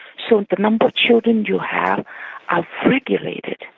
so the number of children you have are regulated.